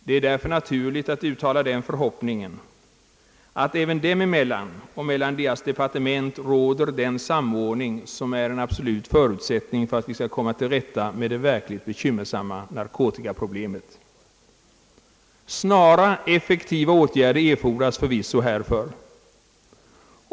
Det är därför naturligt att uttala den förhoppningen att även dem emellan och mellan deras departement råder den samordning som är en absolut förutsättning för att vi skall komma till rätta med det verkligt bekymmersamma narkotikaproblemet. Snara, effektiva åtgärder erfordras för visso härför.